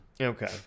Okay